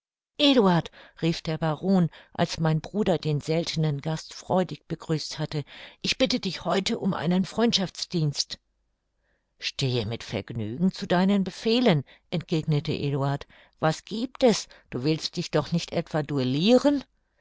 eduard rief der baron als mein bruder den seltenen gast freudig begrüßt hatte ich bitte dich heute um einen freundschaftsdienst stehe mit vergnügen zu deinen befehlen entgegnete eduard was giebt es du willst dich doch nicht etwa duelliren